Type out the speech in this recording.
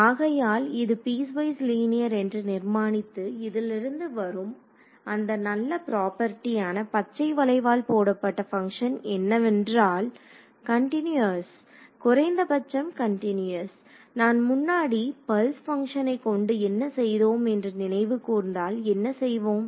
ஆகையால் இது piecewise linear என்று நிர்மாணித்து இதிலிருந்து வரும் அந்த நல்ல பிரொபேர்ட்டி ஆன பச்சை வளைவால் போடப்பட்ட பங்க்ஷன் என்னவென்றால் மாணவர் கன்டினியஸ் குறைந்தபட்சம் கன்டினியஸ் நான் முன்னாடி பல்ஸ் பங்க்ஷனை கொண்டு என்ன செய்தோம் என்று நினைவு கூர்ந்தால் என்ன செய்வோம்